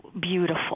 beautiful